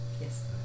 Yes